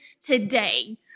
today